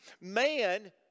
Man